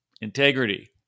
integrity